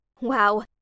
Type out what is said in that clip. Wow